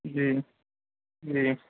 جی جی